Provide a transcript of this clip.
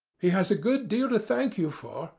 he has a good deal to thank you for,